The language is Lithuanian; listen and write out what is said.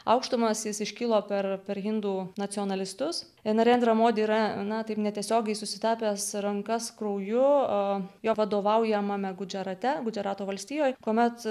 aukštumas jis iškilo per per hindų nacionalistus narendra modi yra na taip netiesiogiai susitepęs rankas krauju jo vadovaujamame gūdžia rate gudžiarato valstijoj kuomet